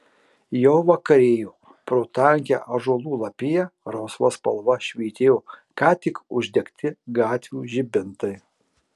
jau vakarėjo pro tankią ąžuolų lapiją rausva spalva švytėjo ką tik uždegti gatvių žibintai